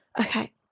Okay